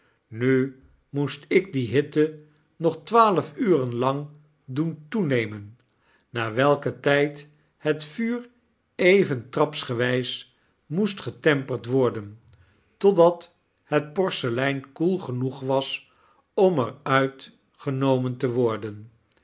nu moest ik die hitte nog twaalf uren lang doen toenemen na welken tyd het vunr even trapsgewys moest getemperd worden totdat het porselein koel genoeg was om er uit genomen te worden